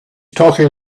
talking